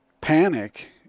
panic